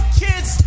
kids